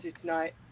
tonight